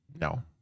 No